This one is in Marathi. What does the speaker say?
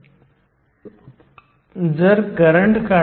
तर आपल्याकडे सर्व संख्या आहेत आपल्याला भरायचे आहेत ते 0